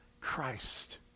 Christ